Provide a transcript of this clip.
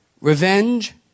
revenge